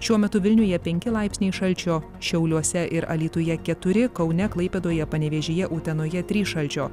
šiuo metu vilniuje penki laipsniai šalčio šiauliuose ir alytuje keturi kaune klaipėdoje panevėžyje utenoje trys šalčio